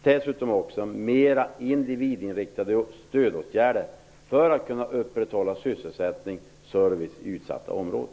Det behövs dessutom mera individinriktade stödåtgärder för att sysselsättning och service skall kunna upprätthållas i utsatta områden.